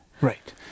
Right